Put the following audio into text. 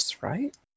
right